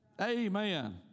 Amen